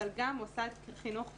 אבל גם מוסד חינוך פורמלי,